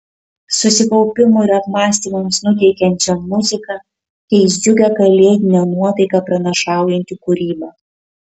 susikaupimui ir apmąstymams nuteikiančią muziką keis džiugią kalėdinę nuotaiką pranašaujanti kūryba